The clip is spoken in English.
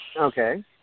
Okay